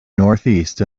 northeast